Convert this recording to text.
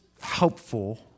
helpful